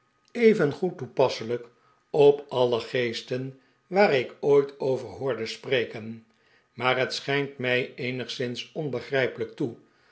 evengoed toepasselijk op alle geesten waar ik ooit over hoorde spreken maar het schijnt mij eenigszins onbegrijpelijk toe